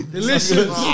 Delicious